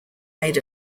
made